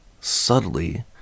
subtly